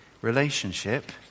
relationship